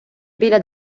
біля